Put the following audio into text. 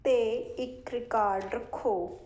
ਅਤੇ ਇੱਕ ਰਿਕਾਰਡ ਰੱਖੋ